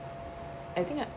I think I